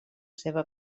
seva